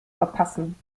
verpassen